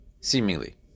seemingly